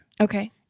Okay